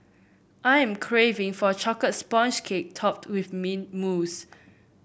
I am craving for a chocolate sponge cake topped with mint mousse